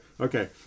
Okay